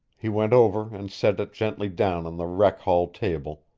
he went over and set it gently down on the rec-hall table,